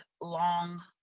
long